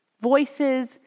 Voices